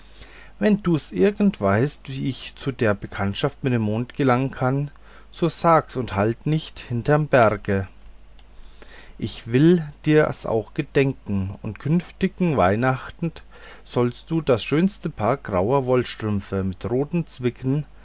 wenn du's irgend weißt wie ich zu der bekanntschaft mit dem monde gelangen kann so sag's und halt nicht hinterm berge ich will dir's auch gedenken und künftigen weihnacht sollst du das schönste paar grauer wollstrümpfe mit roten zwickeln